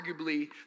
arguably